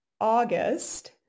August